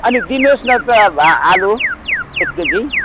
अनि दिनुहोस् न त आलु एक केजी